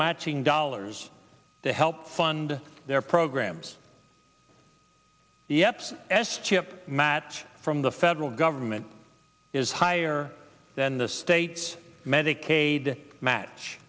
matching dollars to help fund their programs the eps s chip mat from the federal government is higher than the state's medicaid match